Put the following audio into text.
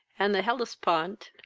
and the hellespont,